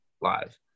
live